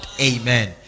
amen